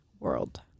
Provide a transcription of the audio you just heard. world